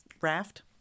raft